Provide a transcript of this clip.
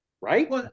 Right